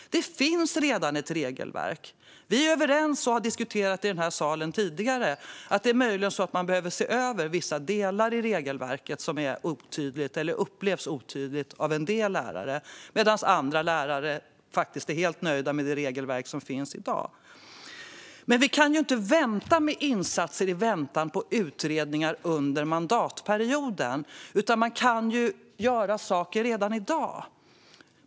Det finns redan ett regelverk. Vi är överens och har tidigare i denna sal diskuterat att man möjligen behöver se över vissa delar i regelverket som är eller upplevs som otydliga av en del lärare - andra lärare är helt nöjda med det regelverk som finns i dag. Men vi kan inte vänta med insatser i väntan på utredningar som ska göras under mandatperioden. Man kan göra saker redan i dag.